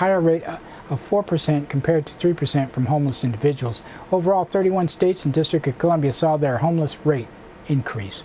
higher rate of four percent compared to three percent from homeless individuals overall thirty one states and district of columbia saw their homeless rate increase